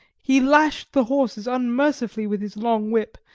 he lashed the horses unmercifully with his long whip,